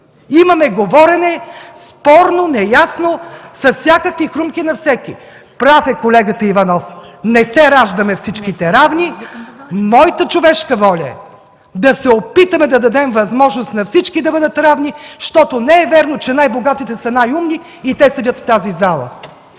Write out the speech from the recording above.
Имаме говорене – спорно, неясно, с всякакви хрумки на всеки. Прав е колегата Иванов – не се раждаме всичките равни. Моята човешка воля е да се опитаме да дадем възможност на всички да бъдат равни, защото не е вярно, че най-богатите са най умни и те седят в тази зала.